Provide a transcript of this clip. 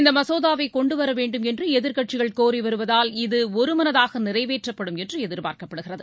இந்த மசோதாவை கொண்டுவர வேண்டும் என்று எதிர்க்கட்சிகள் கோரி வருவதால் இது ஒருமனதாக நிறைவேற்றப்படும் என்று எதிர்ப்பார்க்கப்படுகிறது